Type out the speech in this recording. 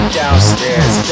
downstairs